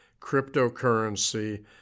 cryptocurrency